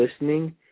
listening